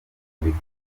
murika